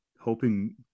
hoping